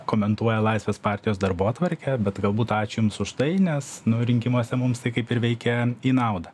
komentuoja laisvės partijos darbotvarkę bet galbūt ačiū jums už tai nes nu rinkimuose mums tai kaip ir veikia į naudą